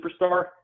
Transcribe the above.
superstar